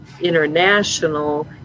international